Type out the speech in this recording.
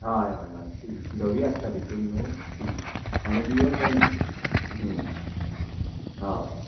हय हय हय तीं धवी आसता भितून न्हू तीं आणी बियो कमी ऑ